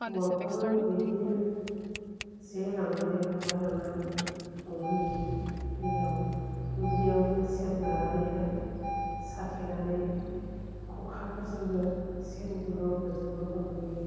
हौवाफ्राबो बिदिनो जे लांनानै खबाय लांनानै हमहैयो दैआव दुब्लिआवबो सेन लानानैहाय साथेनानै खखाफोरजोंबो सेन गुरुंफोरजोंबो हमहैयो